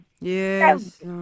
Yes